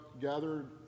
gathered